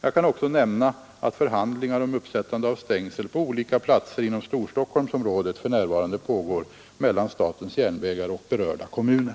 Jag kan också nämna att förhandlingar om uppsättande av stängsel på olika platser inom Storstockholmsområdet för närvarande pågår mellan SJ och berörda kommuner.